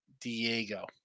Diego